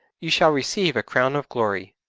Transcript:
ye shall receive a crown of glory.